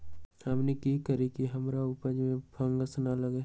हमनी की करू की हमार उपज में फंगस ना लगे?